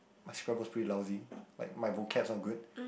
my Scrabble is pretty lousy like my vocabs are good